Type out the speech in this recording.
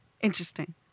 interesting